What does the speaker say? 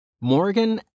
Morgan